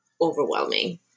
overwhelming